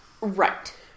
Right